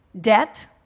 Debt